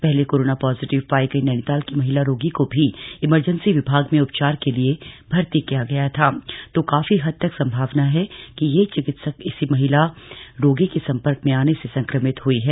पहले corona positive पाई गई नैनीताल की महिला रोगी को भी इमरजेंसी विभाग में उपचार के लिए भर्ती किया गया था तो काफी हद तक संभावना है कि यह चिकित्सक इसी महिला रोगी के संपर्क में आने से संक्रमित हई हैं